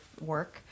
work